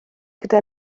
gyda